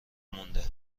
مونده